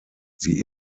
sie